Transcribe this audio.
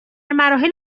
مراحل